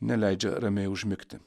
neleidžia ramiai užmigti